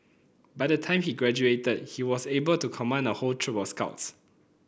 by the time he graduated he was able to command a whole troop of scouts